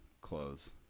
clothes